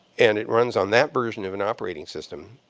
and it runs on that version of an operating system,